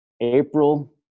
April